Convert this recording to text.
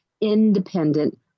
independent